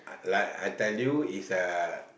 I like I tell you is a